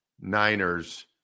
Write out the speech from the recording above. Niners